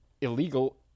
illegal